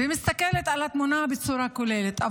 ומסתכלת על התמונה בצורה כוללת.